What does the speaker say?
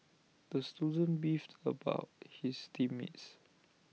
the student beefed about his team mates